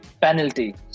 penalty